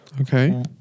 Okay